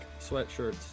sweatshirts